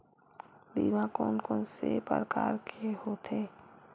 बीमा कोन कोन से प्रकार के होथे?